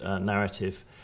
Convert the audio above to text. narrative